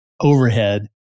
overhead